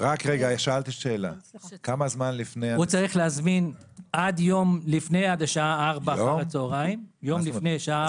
הוא צריך להזמין עד השעה 16:00 ביום שלפני.